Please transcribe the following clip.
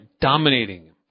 dominating